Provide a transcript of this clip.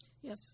Yes